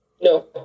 No